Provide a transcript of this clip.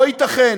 לא ייתכן